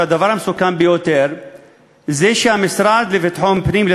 הדבר המסוכן ביותר הוא שהמשרד לביטחון פנים,